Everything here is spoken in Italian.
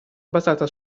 basata